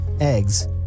eggs